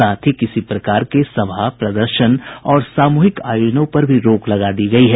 साथ ही किसी प्रकार के सभा प्रदर्शन और सामूहिक आयोजनों पर भी रोक लगा दी गयी है